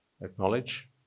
acknowledge